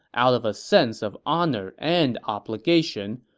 out of a sense of honor and obligation,